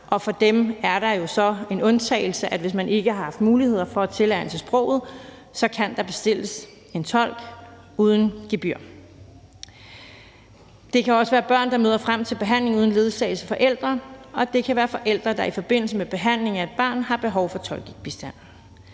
og for dem er der jo så den undtagelse, at hvis man ikke har haft mulighed for at tilegne sig sproget, kan der bestilles en tolk uden gebyr. Det kan også være børn, der møder frem til behandling uden ledsagelse af forældre, og det kan være forældre, der i forbindelse med behandling af et barn har behov for tolkebistand.